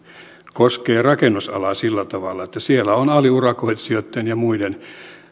koskee rakennusalaa sillä tavalla että siellä on aliurakoitsijoitten ja muiden